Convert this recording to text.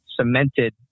cemented